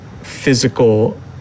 physical